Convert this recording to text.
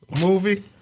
movie